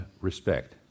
respect